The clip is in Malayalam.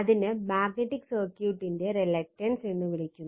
അതിനാൽ ∅ Fm എന്ന് വിളിക്കുന്നു